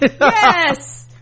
yes